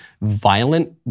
violent